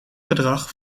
gedrag